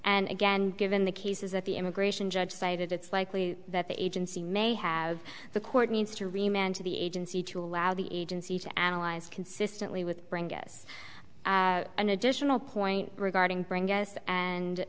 and again given the cases that the immigration judge cited it's likely that the agency may have the court needs to remain to the agency to allow the agency to analyze consistently with bring us an additional point regarding bring guests and